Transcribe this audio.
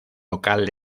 local